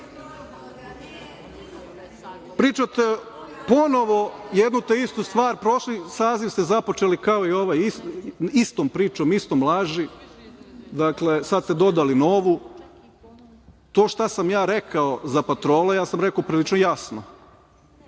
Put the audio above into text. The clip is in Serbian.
vinjak. Pričate ponovo jednu te istu stvar. Prošli saziv ste započeli kao i ovaj istom pričom, istom laži, dakle sad ste dodali novu. To što sam ja rekao za patrole, ja sam rekao prilično jasno,